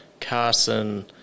carson